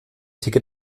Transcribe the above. ticket